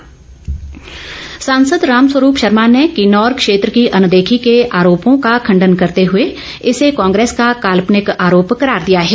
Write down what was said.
रामस्वरूप सांसद राम स्वरूप शर्मा ने किन्नौर क्षेत्र की अनदेखी के आरोपों का खंडन करते हुए इसे कांग्रेस का काल्पनिक आरोप करार दिया है